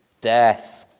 Death